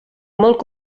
molt